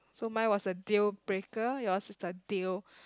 so mine was a deal breaker your is a deal